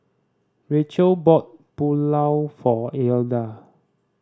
Rachael bought Pulao for Ilda